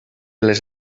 les